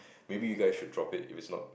maybe you guys should drop it if it's not